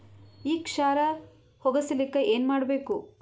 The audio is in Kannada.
ಈ ಕ್ಷಾರ ಹೋಗಸಲಿಕ್ಕ ಏನ ಮಾಡಬೇಕು?